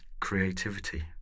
creativity